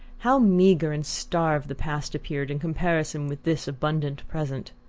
how meagre and starved the past appeared in comparison with this abundant present!